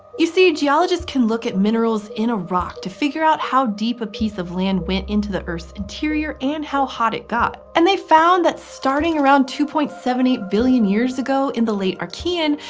you see, geologists can look at minerals in a rock to figure out how deep a piece of land went into earth's interior, and how hot it got. and they found that starting around two point seven eight billion years ago, in the late archean,